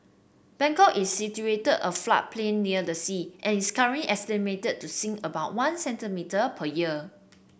Bangkok is situated a floodplain near the sea and is current estimated to sink about one centimetre per year